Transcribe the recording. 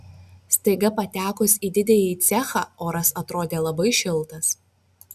staiga patekus į didįjį cechą oras atrodė labai šiltas